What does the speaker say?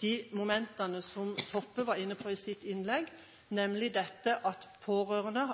de momentene som Toppe var inne på i sitt innlegg, nemlig at pårørende